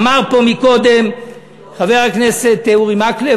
אמר פה קודם חבר הכנסת אורי מקלב,